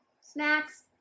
snacks